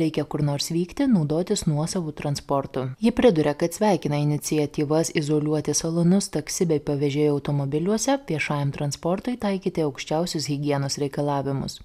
reikia kur nors vykti naudotis nuosavu transportu ji priduria kad sveikina iniciatyvas izoliuoti salonus taksi bei pavėžėjo automobiliuose viešajam transportui taikyti aukščiausius higienos reikalavimus